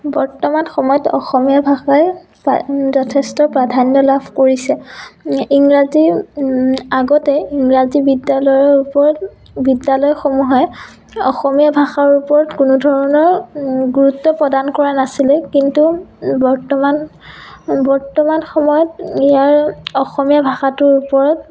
বৰ্তমান সময়ত অসমীয়া ভাষাই যথেষ্ট প্ৰাধান্য লাভ কৰিছে ইংৰাজী আগতেই ইংৰাজী বিদ্যালয়ৰ ওপৰত বিদ্যালয়সমূহে অসমীয়া ভাষাৰ ওপৰত কোনো ধৰণৰ গুৰুত্ব প্ৰদান কৰা নাছিলে কিন্তু বৰ্তমান বৰ্তমান সময়ত ইয়াৰ অসমীয়া ভাষাটোৰ ওপৰত